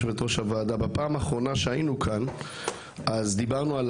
בפעם האחרונה שהיינו כאן דיברנו על